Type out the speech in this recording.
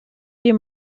dir